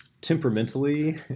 temperamentally